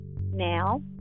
now